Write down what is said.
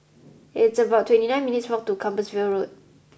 it's about twenty nine minutes' walk to Compassvale Road